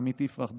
עמית יפרח,